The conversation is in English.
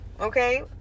okay